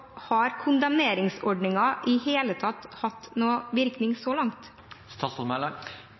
har kondemneringsordningen i det hele tatt hatt noen virkning så